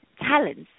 talents